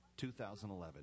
2011